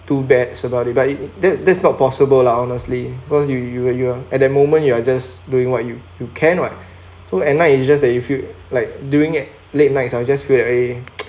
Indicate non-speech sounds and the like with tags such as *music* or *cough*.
too bad about it but it that's that's not possible lah honestly cause you you you are at the moment you are just doing what you you can [what] so at night it's just that you felt like doing at late nights I'll just feel like eh *noise*